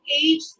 age